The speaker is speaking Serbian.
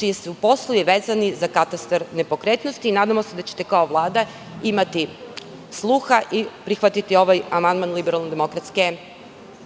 čiji su poslovi vezani za katastar nepokretnosti. Nadamo se da ćete, kao Vlada, imati sluga i prihvatiti ovaj amandman LDP.Druga stvar koju želite